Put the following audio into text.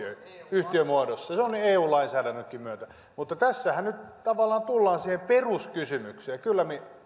yhtiömuodossa se on niin eu lainsäädännönkin myötä mutta tässähän nyt tavallaan tullaan siihen peruskysymykseen ja kyllä